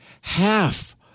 half